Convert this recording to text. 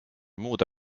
muude